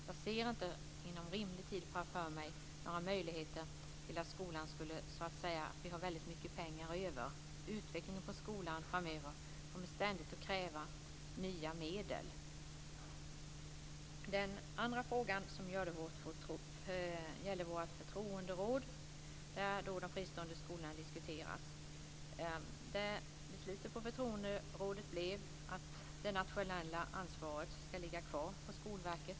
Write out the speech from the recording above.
Jag ser inte inom rimlig tid framför mig några möjligheter att skolan skulle ha väldigt mycket pengar över. Utvecklingen på skolans område kommer framöver ständigt att kräva nya medel. Den andra frågan gällde vårt förtroenderåd, där de fristående skolorna diskuterades. Beslutet på förtroenderådet blev att det nationella ansvaret ska ligga kvar på Skolverket.